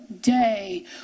day